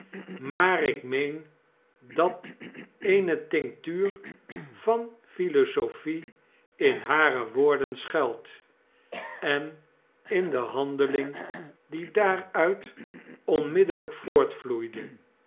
maar ik meen dat eene tmctuur van philosophie in hare woorden schuilt en in de handeling die daaruit onmiddelljjk